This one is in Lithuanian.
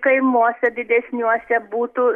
kaimuose didesniuose būtų